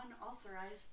Unauthorized